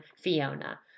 Fiona